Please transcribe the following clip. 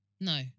no